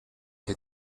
sie